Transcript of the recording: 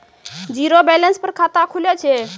Zero balance पर खाता खुले छै?